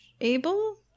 able